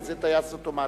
וזה טייס אוטומטי.